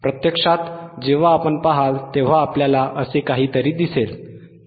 प्रत्यक्षात जेव्हा आपण पहाल तेव्हा आपल्याला असे काहीतरी दिसेल